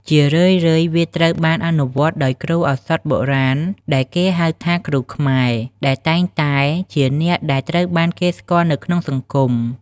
ជារឿយៗ វាត្រូវបានអនុវត្តដោយគ្រូឱសថបុរាណដែលគេហៅថា “គ្រូខ្មែរ” ដែលតែងតែជាអ្នកដែលត្រូវបានគេស្គាល់នៅក្នុងសង្គម។